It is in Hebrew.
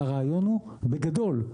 הרעיון הוא בגדול,